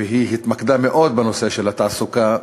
והיא התמקדה מאוד בנושא התעסוקה,